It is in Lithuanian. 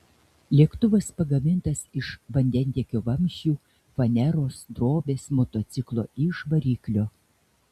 lėktuvas pagamintas iš vandentiekio vamzdžių faneros drobės motociklo iž variklio